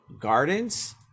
gardens